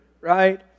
right